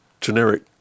generic